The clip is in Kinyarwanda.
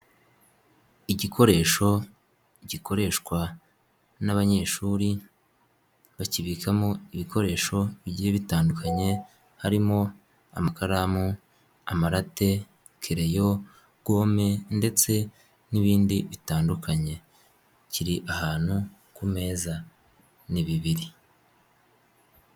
Igikoresho gikoreshwa n'abanyeshuri, bakibikamo ibikoresho bigiye bitandukanye, harimo amakaramu, amarate ,kereyo, gome ndetse n'ibindi bitandukanye, kiri ahantu ku meza. Ni bibiri.